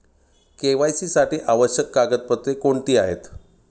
KYC साठी आवश्यक कागदपत्रे कोणती आहेत?